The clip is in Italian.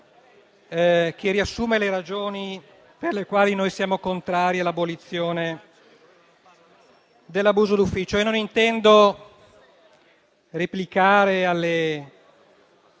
che riassume le ragioni per le quali noi siamo contrari all'abolizione del reato dell'abuso d'ufficio